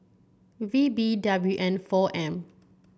V B W N four M